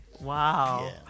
Wow